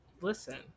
Listen